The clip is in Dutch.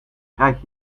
krijg